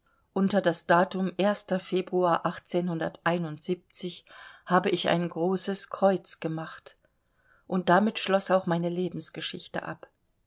unter das datum februar habe ich ein großes kreuz gemacht und damit schloß auch meine lebensgeschichte ab